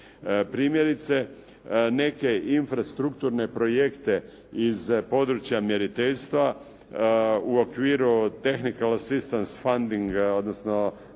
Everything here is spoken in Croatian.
Primjerice neke infrastrukturne projekte iz područja mjeriteljstva u okviru od … /Govornik se ne razumije./ … odnosno